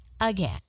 again